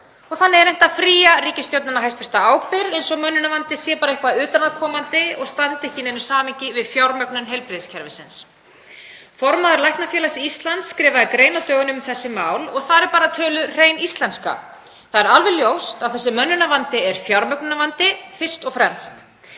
Þannig er reynt að fría hæstv. ríkisstjórnina ábyrgð eins og mönnunarvandi sé bara eitthvað utanaðkomandi og standi ekki í neinu samhengi við fjármögnun heilbrigðiskerfisins. Formaður Læknafélags Íslands skrifaði grein á dögunum um þessi mál og þar er töluð hrein íslenska. Það er alveg ljóst að þessi mönnunarvandi er fjármögnunarvandi fyrst og fremst.